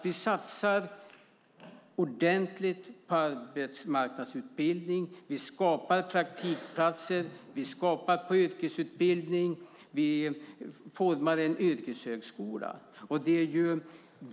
Vi satsar ordentligt på arbetsmarknadsutbildning, vi skapar praktikplatser och yrkesutbildningar och vi formar en yrkeshögskola.